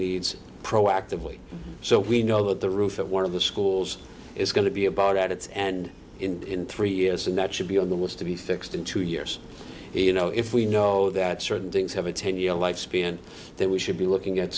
needs proactively so we know that the roof of one of the schools is going to be about adults and in three years and that should be on the list to be fixed in two years you know if we know that certain things have a ten year life span then we should be looking at